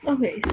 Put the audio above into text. Okay